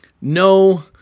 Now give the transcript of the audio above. no